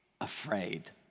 afraid